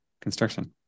construction